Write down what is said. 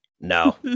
No